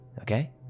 okay